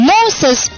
Moses